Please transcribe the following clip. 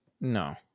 no